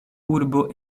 urbo